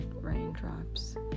raindrops